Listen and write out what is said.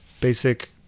basic